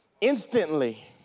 Instantly